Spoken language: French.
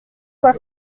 quoi